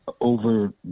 over